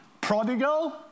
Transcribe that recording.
Prodigal